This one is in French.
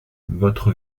votre